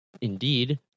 Indeed